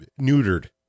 neutered